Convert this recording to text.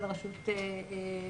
ועל הרשות השופטת.